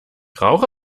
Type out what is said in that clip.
rauche